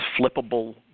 flippable